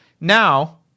Now